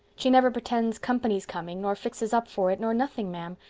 she never pretends company's coming, nor fixes up for it, nor nothing, ma'am.